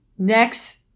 Next